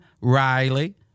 Riley